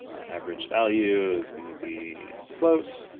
average value is gonna be afloat.